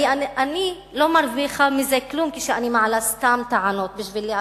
הרי אני לא מרוויחה מזה כלום כשאני מעלה סתם טענות בשביל להאשים,